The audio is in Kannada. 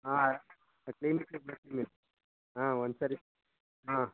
ಹಾಂ ಕ್ಲೀನಿಕಿಗೆ ಬರ್ತೀನಿ ಹಾಂ ಒಂದು ಸಾರಿ ಹಾಂ